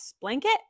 blanket